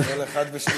כל אחד ושנינותו.